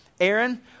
Aaron